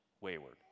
wayward